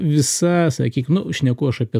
visa sakyk nu šneku aš apie